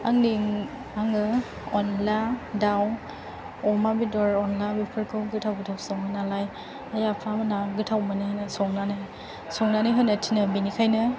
आङो अनला दाव अमा बेदर अनला बेफोरखौ गोथाव गोथाव सङो नालाय आइ आफा मोनहा गोथाव मोनो संनानै संनानै होनो थिनो बेनिखायनो